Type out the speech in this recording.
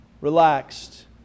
relaxed